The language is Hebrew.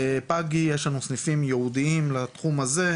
בפאגי יש לנו סניפים ייעודים לתחום הזה,